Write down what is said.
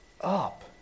up